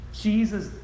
Jesus